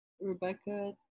rebecca